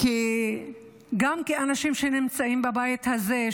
גם כאנשים שנמצאים בבית הזה,